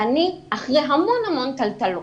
ואני אחרי המון המון טלטלות,